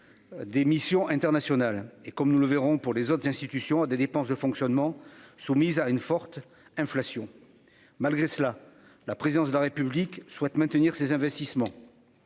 des missions internationales et comme nous le verrons pour les autres institutions, des dépenses de fonctionnement, soumise à une forte inflation, malgré cela, la présidence de la République souhaite maintenir ses investissements